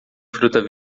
fruta